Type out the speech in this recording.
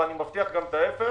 ואני מבטיח גם את ההיפך,